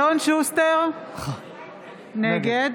נגד